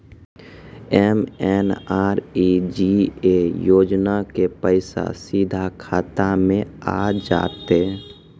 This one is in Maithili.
एम.एन.आर.ई.जी.ए योजना के पैसा सीधा खाता मे आ जाते?